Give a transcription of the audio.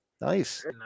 Nice